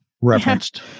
referenced